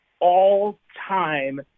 all-time